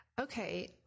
Okay